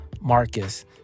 Marcus